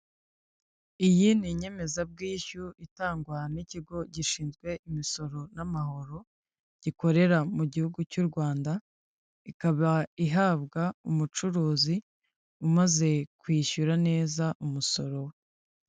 Iyi ni inyemezabwishyu itangwa n'ikigo gishinzwe imisoro n'amahoro, gikorera mu gihugu cy'u Rwanda, ikaba ihabwa umucuruzi umaze kwishyura neza umusoro we.